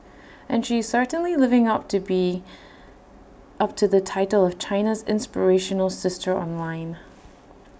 and she is certainly living up to be of to the title of China's inspirational sister online